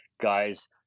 guys